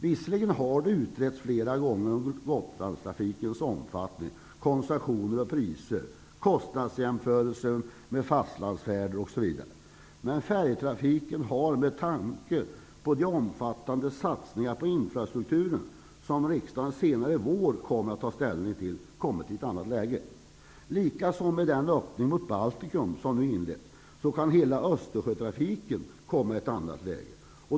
Visserligen har Gotlandstrafikens omfattning, koncessioner, priser och kostnadsjämförelser med fastlandsfärder utretts ett flertal gånger. Men färjetrafiken har med tanke på de omfattande satsningar på infrastrukturen som riksdagen senare i vår kommer att ta ställning till kommit i ett annat läge. Även med tanke på den öppning mot Baltikum som nu inletts, kan hela Östersjötrafiken komma i ett annat läge.